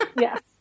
Yes